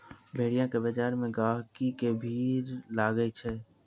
भेड़िया के बजार मे गहिकी के भीड़ लागै छै